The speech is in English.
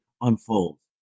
unfolds